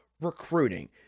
recruiting